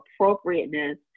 appropriateness